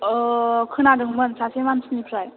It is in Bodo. खोनादोंमोन सासे मानसिनिफ्राय